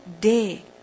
day